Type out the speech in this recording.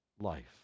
life